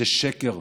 זה שקר.